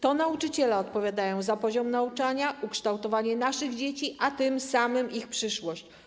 To nauczyciele odpowiadają za poziom nauczania, ukształtowanie naszych dzieci, a tym samym ich przyszłość.